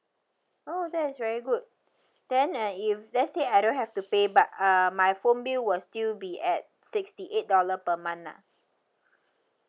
oh that is very good then uh if let's say I don't have to pay but uh my phone bill will still be at sixty eight dollar per month lah